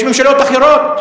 יש ממשלות אחרות,